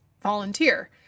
volunteer